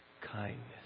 kindness